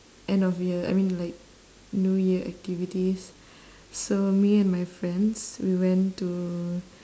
end of year I mean like new year activities so me and my friends we went to